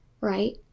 right